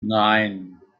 nein